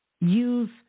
Use